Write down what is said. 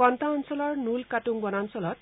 কণ্টা অঞ্চলৰ নূল কাটুং বনাঞ্চলত